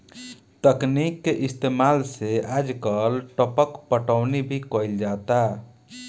तकनीक के इस्तेमाल से आजकल टपक पटौनी भी कईल जाता